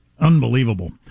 Unbelievable